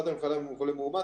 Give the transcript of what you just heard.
באת במגע עם חולה מאומת,